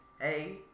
hey